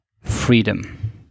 freedom